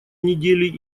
недели